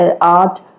art